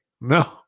No